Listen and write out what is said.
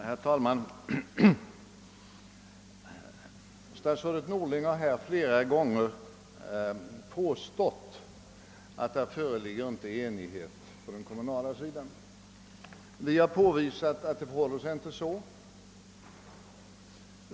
Herr talman! Statsrådet Norling har flera gånger under debatten påstått att det inte förekommer enighet på den kommunala sidan. Vi har påvisat att det inte förhåller sig så som han säger.